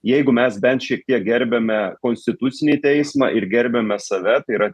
jeigu mes bent šiek tiek gerbiame konstitucinį teismą ir gerbiame save tai yra